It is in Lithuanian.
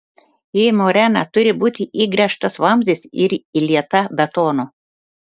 į moreną turi būti įgręžtas vamzdis ir įlieta betono